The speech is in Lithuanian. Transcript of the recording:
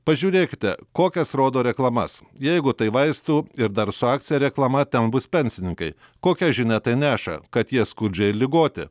pažiūrėkite kokias rodo reklamas jeigu tai vaistų ir dar su akcija reklama ten bus pensininkai kokią žinią neša kad tie skurdžiai ligoti